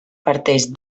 parteix